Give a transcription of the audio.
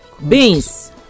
beans